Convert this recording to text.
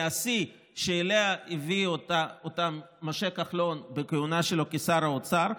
מהשיא שאליו הביא אותו משה כחלון בכהונתו כשר האוצר,